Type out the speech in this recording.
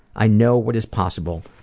i know what is possible,